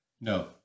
no